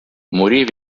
morí